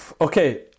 Okay